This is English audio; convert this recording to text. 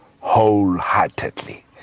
wholeheartedly